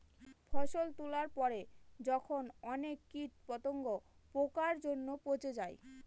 ফসল তোলার পরে যখন অনেক কীট পতঙ্গ, পোকার জন্য পচে যায়